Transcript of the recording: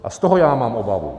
A z toho já mám obavu.